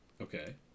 Okay